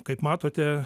kaip matote